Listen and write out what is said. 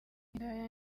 indaya